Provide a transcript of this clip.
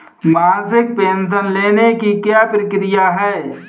मासिक पेंशन लेने की क्या प्रक्रिया है?